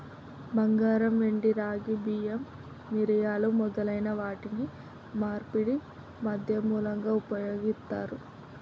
బంగారం, వెండి, రాగి, బియ్యం, మిరియాలు మొదలైన వాటిని మార్పిడి మాధ్యమాలుగా ఉపయోగిత్తారు